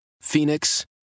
Phoenix